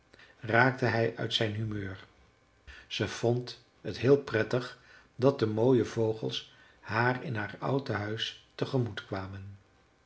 raakte hij uit zijn humeur ze vond het heel prettig dat de mooie vogels haar in haar oud tehuis te gemoet kwamen